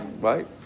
Right